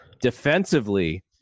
defensively